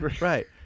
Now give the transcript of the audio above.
Right